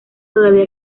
todavía